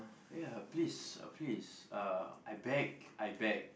ya please uh please uh I beg I beg